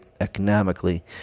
economically